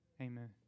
amen